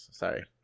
Sorry